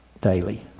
daily